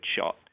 shot